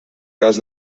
cas